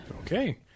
Okay